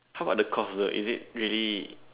how about the cost though is it really